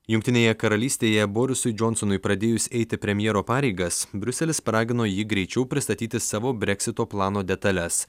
jungtinėje karalystėje borisui džonsonui pradėjus eiti premjero pareigas briuselis paragino jį greičiau pristatyti savo breksito plano detales